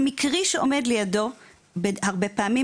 המקרי שעומד לידו הרבה פעמים,